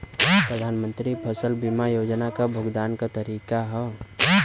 प्रधानमंत्री फसल बीमा योजना क भुगतान क तरीकाका ह?